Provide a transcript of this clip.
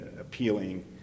appealing